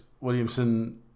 williamson